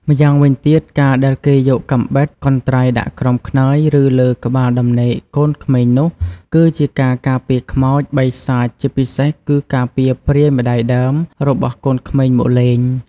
ម្យ៉ាងវិញទៀតការដែលគេយកកាំបិត កន្ត្រៃដាក់ក្រោមខ្នើយ ឬលើក្បាលដំណេកកូនក្មេងនោះ គឺជាការការពារខ្មោច បិសាចជាពិសេសគឺការពារព្រាយម្តាយដើម របស់កូនក្មេងមកលេង។